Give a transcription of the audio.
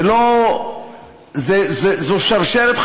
זו שרשרת,